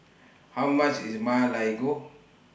How much IS Ma Lai Gao